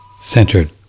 centered